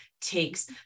takes